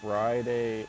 Friday